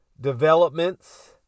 developments